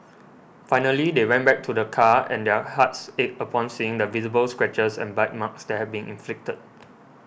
finally they went back to their car and their hearts ached upon seeing the visible scratches and bite marks that had been inflicted